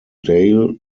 dale